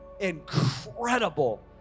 Incredible